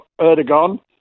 Erdogan